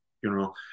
funeral